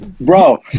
Bro